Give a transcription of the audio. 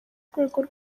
rwego